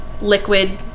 liquid